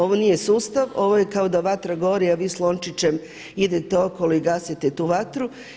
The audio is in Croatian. Ovo nije sustav, ovo je kao da vatra gori, a vi s lončićem idete okolo i gasite tu vatru.